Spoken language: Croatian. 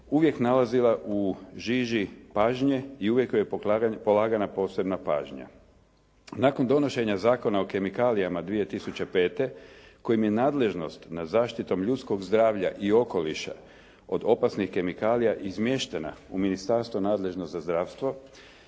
uvijek nalazila u žiži pažnje i uvijek joj je polagana posebna pažnja. Nakon donošenja Zakona o kemikalijama 2005. kojim je nadležnost nad zaštitom ljudskog zdravlja i okoliša od opasnih kemikalija izmještena u Ministarstvo nadležno za zdravstvo